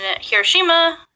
Hiroshima